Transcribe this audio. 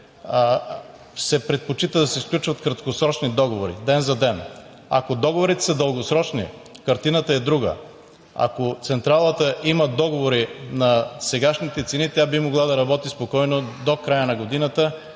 се предпочита да се сключват краткосрочни договори – ден за ден. Ако договорите са дългосрочни, картината е друга. Ако централата има договори на сегашните цени, тя би могла да работи спокойно до края на годината,